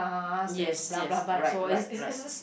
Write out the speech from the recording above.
yes yes right right right